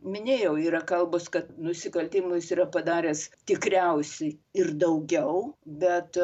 minėjau yra kalbos kad nusikaltimus yra padaręs tikriausiai ir daugiau bet